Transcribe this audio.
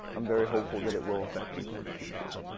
i'm very hopeful that it will affect people in the future.